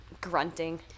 grunting